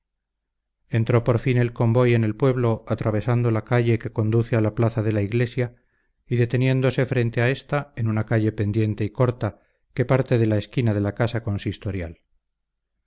entró por fin el convoy en el pueblo atravesando la calle que conduce a la plaza de la iglesia y deteniéndose frente a ésta en una calle pendiente y corta que parte de la esquina de la casa consistorial al